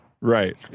right